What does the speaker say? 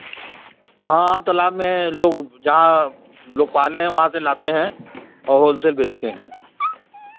हाँ हाँ तालाब में लोग है जहाँ लोग पाने हैं वहाँ से लाते हैं औ हॉल सेल बेचते हैं